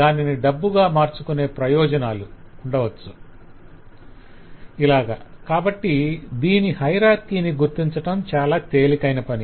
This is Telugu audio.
దానిని డబ్బుగా మార్చుకొనే ప్రయోజనాలు ఉండవచ్చు ఇలాగకాబట్టి దీని హయరార్కిని గుర్తించటం చాల తేలికైన పని